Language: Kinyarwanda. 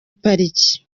pariki